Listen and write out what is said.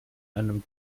einem